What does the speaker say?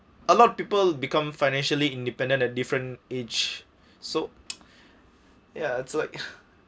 a lot of people become financially independent at different age so ya it's like